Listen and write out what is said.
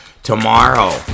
tomorrow